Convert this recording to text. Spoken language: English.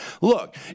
look